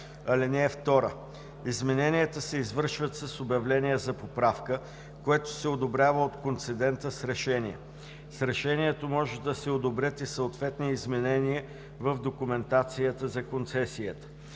„(2) Измененията се извършват с обявление за поправка, което се одобрява от концедента с решение. С решението може да се одобрят и съответни изменения в документацията за концесията.